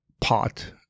pot